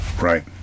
right